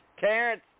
Terrence